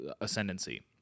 Ascendancy